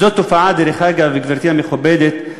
זו תופעה, דרך אגב, גברתי המכובדת,